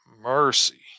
mercy